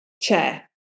chair